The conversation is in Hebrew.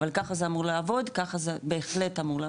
אבל ככה זה בהחלט אמור לעבוד.